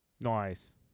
Nice